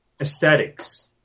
aesthetics